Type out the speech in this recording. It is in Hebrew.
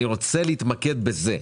אני רוצה להתמקד בזה.